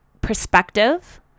perspective